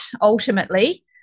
ultimately